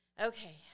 Okay